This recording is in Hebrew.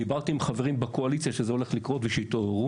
דיברתי עם חברים בקואליציה על כך שזה הולך לקרות ושיתעוררו.